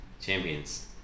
champion's